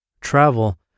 travel